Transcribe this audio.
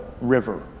River